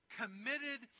committed